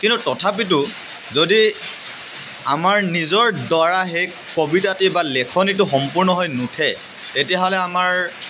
কিন্তু তথাপিতো যদি আমাৰ নিজৰ দ্বাৰা কবিতাটি লেখনিটো সম্পূৰ্ণ হৈ নুঠে তেতিয়াহ'লে আমাৰ